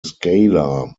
scalar